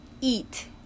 eat